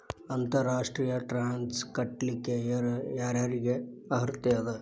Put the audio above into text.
ಅಂತರ್ ರಾಷ್ಟ್ರೇಯ ಟ್ಯಾಕ್ಸ್ ಕಟ್ಲಿಕ್ಕೆ ಯರ್ ಯಾರಿಗ್ ಅರ್ಹತೆ ಅದ?